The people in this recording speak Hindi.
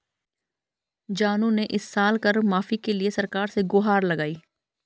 जानू ने इस साल कर माफी के लिए सरकार से गुहार लगाई